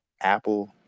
Apple